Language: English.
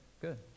good